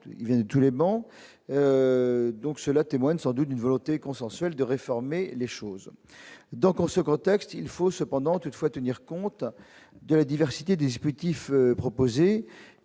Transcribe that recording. amendements, tous les bons donc cela témoigne sans doute d'une volonté consensuelle de réformer les choses, donc on ce contexte, il faut cependant toutefois tenir compte de la diversité des dispositifs proposés